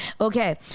Okay